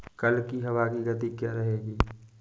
कल की हवा की गति क्या रहेगी?